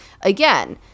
again